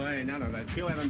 i know that feeling